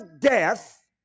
death